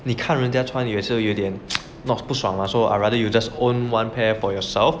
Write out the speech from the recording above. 你看人家穿你也是有一点不爽 mah so I rather you just own one pair for yourself